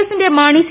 എഫിന്റെ മാണി സി